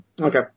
Okay